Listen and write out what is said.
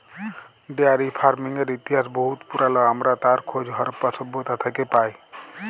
dairy ফারমিংয়ের ইতিহাস বহুত পুরাল আমরা তার খোঁজ হরপ্পা সভ্যতা থ্যাকে পায়